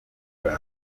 ukora